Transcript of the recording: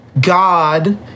God